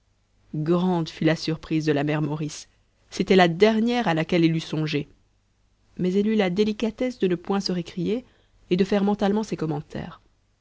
grande fut la surprise de la mère maurice c'était la dernière à laquelle elle eût songé mais elle eut la délicatesse de ne point se récrier et de faire mentalement ses commentaires